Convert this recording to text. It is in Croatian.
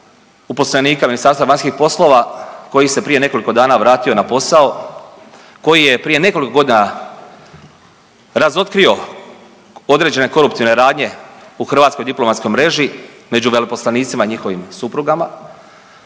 uposlenika Ministarstva vanjskih poslova koji se prije nekoliko dana vrati na posao, koji je prije nekoliko godina razotkrio određene koruptivne radnje u hrvatskoj diplomatskoj mreži među veleposlanicima i njihovim suprugama.